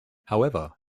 however